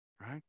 Right